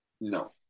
No